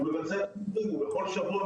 הוא מבצע בכל שבוע,